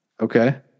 okay